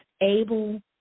able